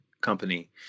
company